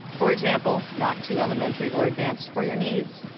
for example not too elementary or advanced for your needs?